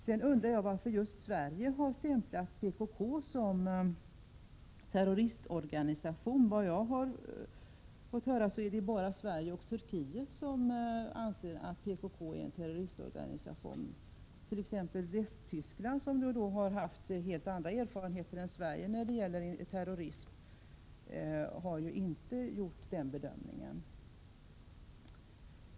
Jag undrar också varför just Sverige har stämplat PKK som en terroristorganisation. Enligt mina uppgifter är det bara Sverige och Turkiet som anser att PKK är en terroristorganisation. T.ex. Västtyskland, som har haft helt andra erfarenheter än Sverige av terrorism, har inte gjort den bedömningen.